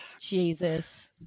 Jesus